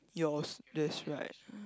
yours that's right